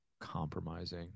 compromising